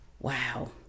Wow